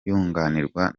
yunganirwa